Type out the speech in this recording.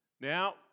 Now